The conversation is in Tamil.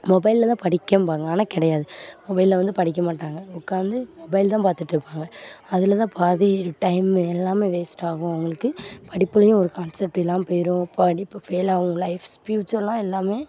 மொபைலில் தான் படிக்கேன்பாங்க ஆனால் கிடையாது மொபைலில் வந்து படிக்க மாட்டாங்க உக்கார்ந்து மொபைல் தான் பார்த்துட்டு இருப்பாங்க அதில் தான் பாதி டைம் எல்லாமே வேஸ்ட் ஆகும் அவங்களுக்கு படிப்பிலையும் ஒரு கான்செப்ட் இல்லாமல் போய்டும் படிப்பு ஃபெயில் ஆகுங்களா லைஃப் பியூச்சரெலாம் எல்லாமே